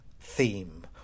theme